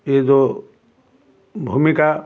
ଏଇ ଯୋଉ ଭୂମିକା